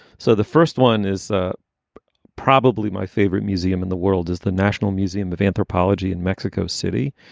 so the first one is ah probably my favorite museum in the world is the national museum of anthropology in mexico city.